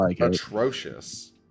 atrocious